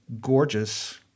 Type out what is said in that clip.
gorgeous